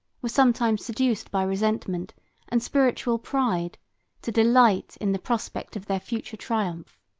were sometimes seduced by resentment and spiritual pride to delight in the prospect of their future triumph.